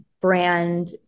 brand